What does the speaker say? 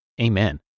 amen